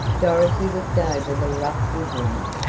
dorothy looked over the rough woodland.